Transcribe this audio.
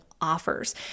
offers